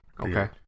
Okay